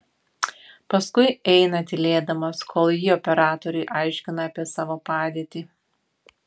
paskui eina tylėdamas kol ji operatoriui aiškina apie savo padėtį